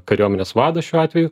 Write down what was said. kariuomenės vadas šiuo atveju